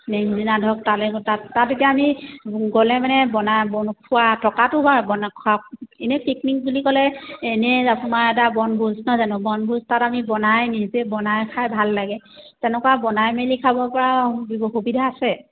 next দিনা ধৰক তালৈ গৈ তাত তাত এতিয়া আমি গ'লে মানে বনাই ব খোৱা থকাটো হয় খা খোৱা এনেই পিকনিক বুলি ক'লে এনেই আপোনাৰ এটা বনভোজ নহয় জানো বনভোজ তাত আমি বনাই নিজে বনাই খাই ভাল লাগে তেনেকুৱা বনাই মেলি খাব পৰাৰ সু সুবিধা আছে